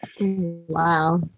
Wow